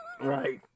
Right